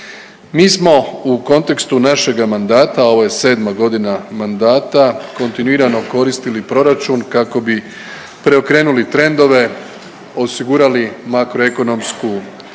Mi smo u kontekstu našega mandata, ovo je sedma godina mandata kontinuirano koristili proračun kako bi preokrenuli trendove, osigurali makro ekonomsku i